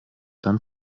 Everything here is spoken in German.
dann